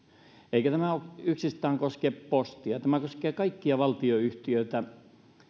eikä tämä yksistään koske postia tämä koskee kaikkia valtionyhtiöitä